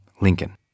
Lincoln